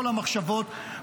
כל המחשבות,